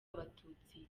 abatutsi